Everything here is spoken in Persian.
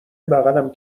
بغلم